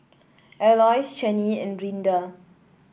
Aloys Chanie and Rinda